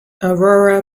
aurora